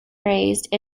raised